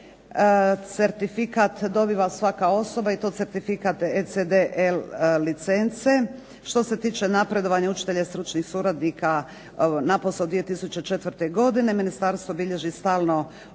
certifikat dobiva svaka osoba i to certifikat ECDL licence. Što se tiče napredovanja učitelja i stručnih suradnika napose od 2004. godine ministarstvo bilježi stalno